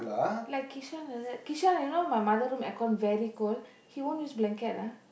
like Kishan like that Kishan you know my mother room aircon very cold he won't use blanket ah